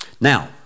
Now